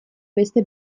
beste